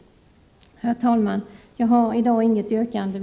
Herr talman! Jag har i dag inget yrkande.